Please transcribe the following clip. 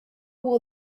will